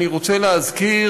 אני רוצה להזכיר,